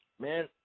Man